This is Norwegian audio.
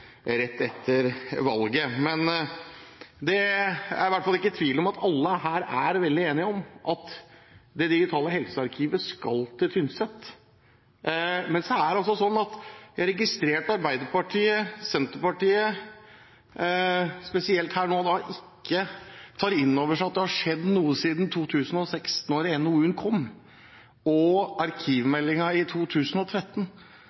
rett før regjeringsskiftet og rett etter valget. Det er i hvert fall ikke tvil om at alle her er veldig enige om at det digitale helsearkivet skal til Tynset. Men jeg registrerer at spesielt Arbeiderpartiet og Senterpartiet ikke tar inn over seg at det har skjedd noe siden 2006, da NOU-en kom, og